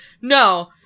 No